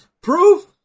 Proof